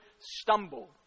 stumble